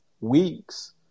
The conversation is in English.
weeks